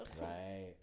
Right